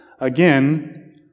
Again